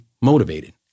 motivated